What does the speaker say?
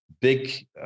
big